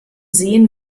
sehen